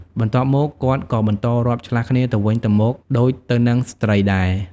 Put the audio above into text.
បន្ទាប់មក គាត់ក៏បន្តរាប់ឆ្លាស់គ្នាទៅវិញទៅមកដូចទៅនឹងស្ត្រីដែរ។